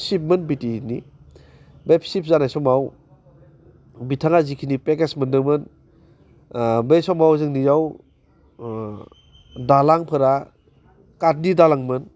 सिफमोन बिटिडिनि बे सिफ जानाय समाव बिथाङा जिखिनि फेखेस मोनदोंमोन बै समाव जोंनियाव दालांफोरा कातनि दालांमोन